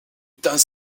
temps